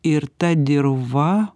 ir ta dirva